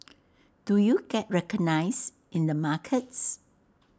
do you get recognised in the markets